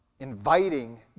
inviting